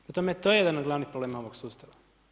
Prema tome, to je jedan od glavnih problema ovog sustava.